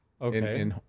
okay